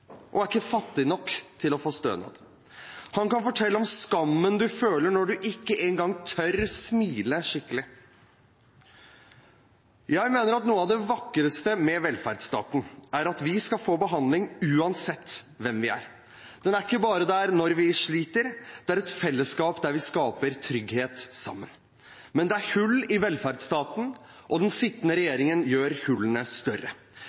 og er ikke fattig nok til å få stønad. Han kan fortelle om skammen man føler når man ikke engang tør smile skikkelig. Jeg mener at noe av det vakreste med velferdsstaten er at vi skal få behandling uansett hvem vi er. Den er ikke bare der når vi sliter, det er et fellesskap der vi skaper trygghet sammen. Men det er hull i velferdsstaten, og den sittende regjeringen gjør hullene større.